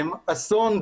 אסון,